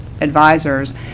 advisors